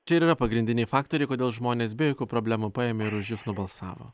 čia ir yra pagrindiniai faktoriai kodėl žmonės be jokių problemų paėmė ir už jus nubalsavo